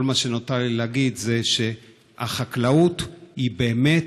כל מה שנותר לי להגיד זה שהחקלאות היא באמת